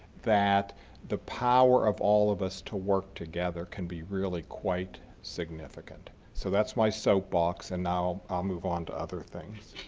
that the power of all of us to work together can be really quite significant. so that's my soapbox and now i'll move on to other things.